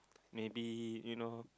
maybe you know